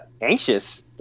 anxious